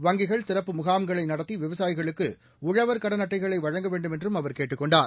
வங்கிகள் சிறப்பு முகாம்களை நடத்தி விவசாயிகளுக்கு உழவர் கடன் அட்டைகளை வழங்க வேண்டும் என்றும் அவர் கேட்டுக் கொண்டார்